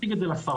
נציג את זה לשרה,